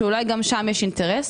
שאולי גם שם יש אינטרס,